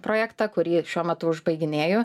projektą kurį šiuo metu aš baiginėju